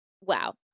wow